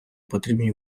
потрібні